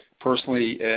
personally